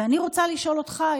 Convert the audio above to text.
ואני רוצה לשאול אותך,